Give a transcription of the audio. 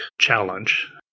challenge